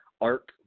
arc